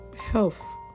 health